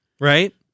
Right